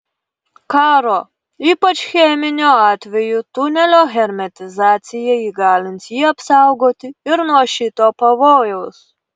karo ypač cheminio atveju tunelio hermetizacija įgalins jį apsaugoti ir nuo šito pavojaus